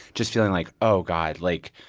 just feeling like, oh, god, like,